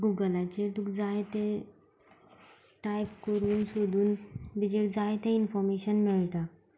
गुगलाचेर तुका जाय तें टायप करून सोदून ताजेर जाय तें इनफॉमेशन मेळटा